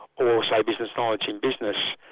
also business knowledge in business,